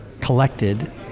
collected